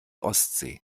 ostsee